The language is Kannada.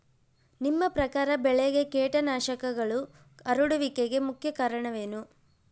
ನಿಮ್ಮ ಪ್ರಕಾರ ಬೆಳೆಗೆ ಕೇಟನಾಶಕಗಳು ಹರಡುವಿಕೆಗೆ ಮುಖ್ಯ ಕಾರಣ ಏನು?